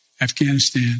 Afghanistan